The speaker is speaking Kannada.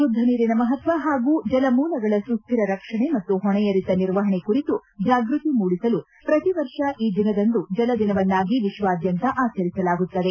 ಶುದ್ದ ನೀರಿನ ಮಹತ್ವ ಹಾಗೂ ಜಲಮೂಲಗಳ ಸುಸ್ದಿರ ರಕ್ಷಣೆ ಮತ್ತು ಹೊಣೆಯರಿತ ನಿರ್ವಹಣೆ ಕುರಿತು ಜಾಗೃತಿ ಮೂಡಿಸಲು ಪ್ರತಿ ವರ್ಷ ಈ ದಿನದಂದು ಜಲದಿನವನ್ನಾಗಿ ವಿಶ್ವಾದ್ಯಂತ ಆಚರಿಸಲಾಗುತ್ತದೆ